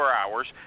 hours